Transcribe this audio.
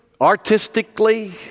artistically